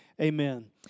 Amen